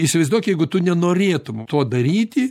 įsivaizduok jeigu tu nenorėtum to daryti